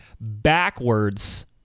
backwards